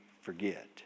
forget